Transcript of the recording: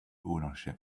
ownership